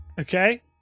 Okay